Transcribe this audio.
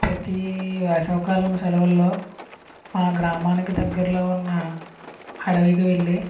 ప్రతీ వేసవి కాలం సెలవుల్లో మా గ్రామానికి దగ్గరలో ఉన్న అడవికి వెళ్లి